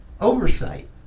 oversight